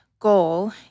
goal